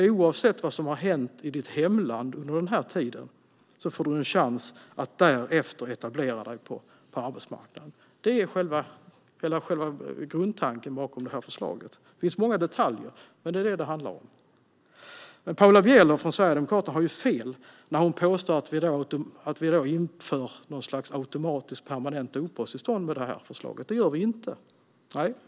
Oavsett vad som har hänt i ens hemland under den här tiden får man en chans att därefter etablera sig på arbetsmarknaden. Det är själva grundtanken bakom förslaget. Det finns många detaljer, men det är detta det handlar om. Paula Bieler från Sverigedemokraterna har fel när hon påstår att vi inför något slags automatiska permanenta uppehållstillstånd med det här förslaget. Det gör vi inte.